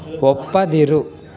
ಒಪ್ಪದಿರು